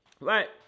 Right